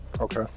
okay